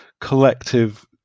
collective